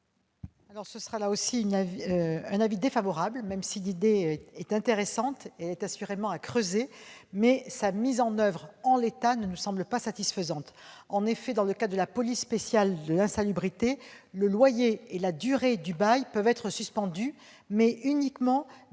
elle y sera défavorable. L'idée est intéressante et assurément à creuser, mais sa mise en oeuvre, en l'état, ne nous semble pas satisfaisante. En effet, dans le cadre de la police spéciale de l'insalubrité, le loyer et la durée du bail peuvent être suspendus, mais uniquement, dans